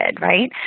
right